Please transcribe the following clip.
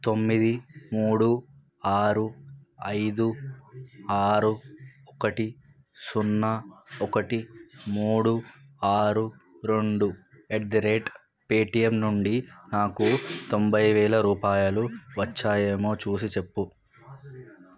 తొమ్మిది మూడు ఆరు ఐదు ఆరు ఒకటి సున్న ఒకటి మూడు ఆరు రెండు ఎట్ ద రేట్ పేటీఎం నుండి నాకు తొంభై వేల రూపాయలు వచ్చాయేమో చూసి చెప్పు